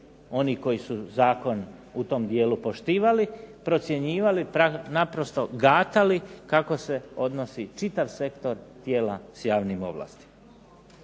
oni koji su zakon u tom dijelu poštivali, procjenjivali naprosto gatali kako se odnosi čitav sektor tijela s javnim ovlastima.